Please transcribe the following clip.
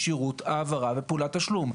כשירות העברה ופעולת תשלום"?